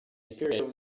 imperial